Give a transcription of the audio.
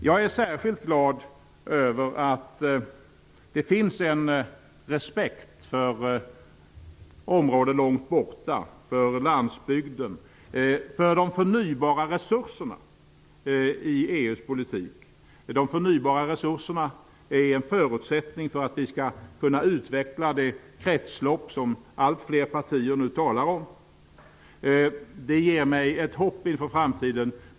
Jag är särskilt glad över att det finns en respekt för områden långt borta, för landsbygden, och för de förnybara resurserna i EU:s politik. De förnybara resurserna är en förutsättning för att vi skall kunna utveckla det kretslopp som allt fler partier nu talar om. Det ger mig ett hopp inför framtiden.